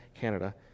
Canada